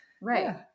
right